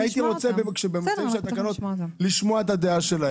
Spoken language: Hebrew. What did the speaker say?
אני לא בא להתריס, אני רוצה לשמוע את הדעה שלהם.